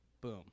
boom